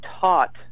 taught